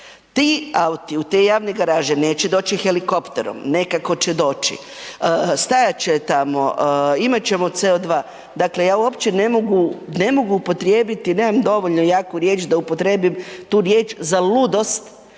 Ti auti u te javne garaže neće doći helikopterom, nekako će doći, stajat će tamo, imat ćemo CO2, dakle je uopće ne mogu upotrijebiti nemam dovoljno jaku riječ za ludost